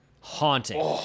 Haunting